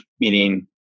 meaning